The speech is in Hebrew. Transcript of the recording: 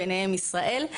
ביניהן ישראל,